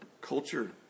culture